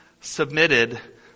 submitted